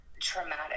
traumatic